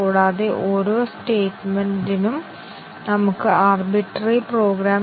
കൂടാതെ ഡിസിഷൻ തന്നെ ശരിയും തെറ്റായ മൂല്യങ്ങളും നേടുന്നുവെന്ന് ഞങ്ങൾ ഉറപ്പാക്കേണ്ടതുണ്ട്